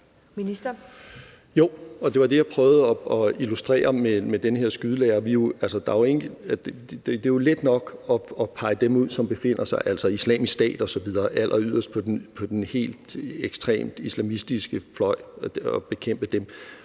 det var det, jeg prøvede at illustrere ved at tale om den her skydelære. Det er jo let nok at pege dem ud, som befinder sig alleryderst på den helt ekstremt islamistiske fløj– altså